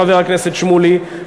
חבר הכנסת שמולי,